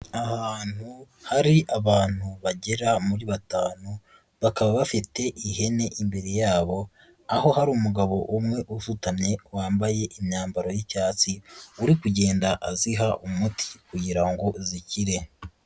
Ahantu hari abantu bagera muri kuri batanu, bakaba bafite ihene imbere yabo, aho hari umugabo umwe usutanye wambaye imyambaro y'icyatsi uri kugenda aziha umuti kugira ngo zikire.